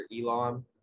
Elon